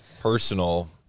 personal